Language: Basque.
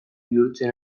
bihurtzen